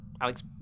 Alex